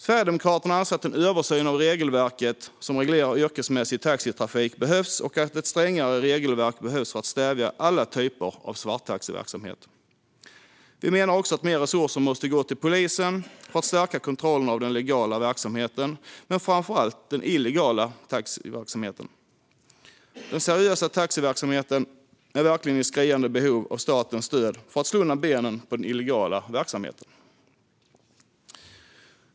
Sverigedemokraterna anser en översyn av regelverket som reglerar yrkesmässig taxitrafik behövs och att ett strängare regelverk behövs för att stävja alla typer av svarttaxiverksamhet. Vi menar också att mer resurser måste gå till polisen för att stärka kontrollerna av både den legala verksamheten och, framför allt, den illegala taxiverksamheten. Den seriösa taxiverksamheten är verkligen i skriande behov av statens stöd för att slå undan benen på den illegala verksamheten.